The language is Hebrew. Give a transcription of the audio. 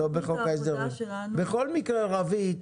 בכל מקרה רווית,